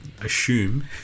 assume